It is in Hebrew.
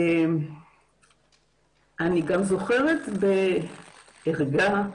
אני גם זוכרת בערגה,